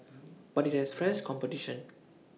but IT has fresh competition